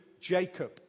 Jacob